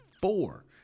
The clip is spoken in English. four